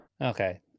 Okay